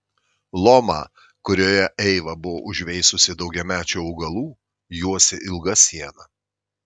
lomą kurioje eiva buvo užveisusi daugiamečių augalų juosė ilga siena